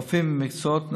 רופאים ומקצועות נוספים,